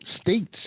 states